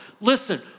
Listen